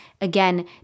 again